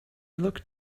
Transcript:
look